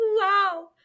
wow